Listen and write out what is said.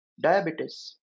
Diabetes